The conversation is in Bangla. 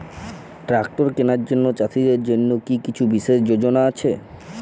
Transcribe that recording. ট্রাক্টর কেনার জন্য চাষীদের জন্য কী কিছু বিশেষ যোজনা আছে কি?